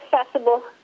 accessible